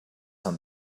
hunt